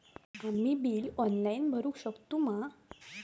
आम्ही bill online भरुक शकतू मा?